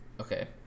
Okay